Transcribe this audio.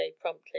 promptly